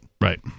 right